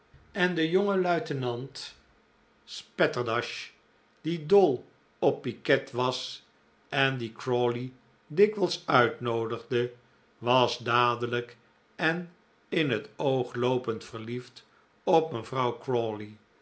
en de jonge luitenant spatterdash die dol op piquet was en dien crawley dikwijls uitnoodigde was dadelijk en in het oogloopend verliefd op mevrouw